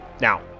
Now